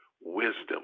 wisdom